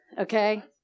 okay